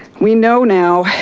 we know now,